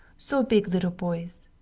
so big little boys.